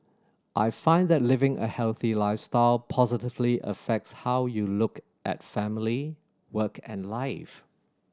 I find that living a healthy lifestyle positively affects how you look at family work and life